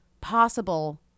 possible